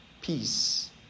peace